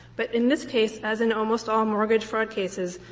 but in this case, as in almost all mortgage fraud cases,